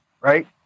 right